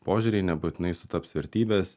požiūriai nebūtinai sutaps vertybės